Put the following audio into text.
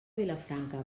vilafranca